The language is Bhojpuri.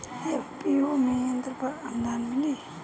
एफ.पी.ओ में यंत्र पर आनुदान मिँली?